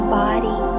body